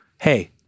hey